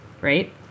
right